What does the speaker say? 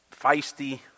feisty